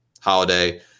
Holiday –